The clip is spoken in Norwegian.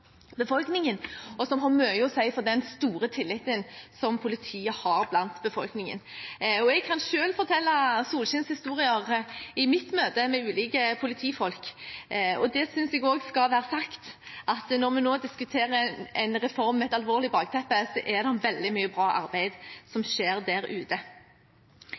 befolkningen, og som har mye å si for den store tilliten politiet har i befolkningen. Jeg kan selv fortelle solskinnshistorier fra mine møter med ulike politifolk. Så det synes jeg også skal være sagt, at når vi nå diskuterer en reform med et alvorlig bakteppe, så er det veldig mye bra arbeid som skjer der ute.